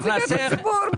אני נציגת ציבור.